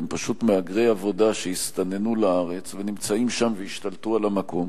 הם פשוט מהגרי עבודה שהסתננו לארץ ונמצאים שם והשתלטו על המקום.